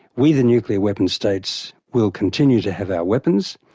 we, the nuclear weapon states will continue to have our weapons,